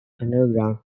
underground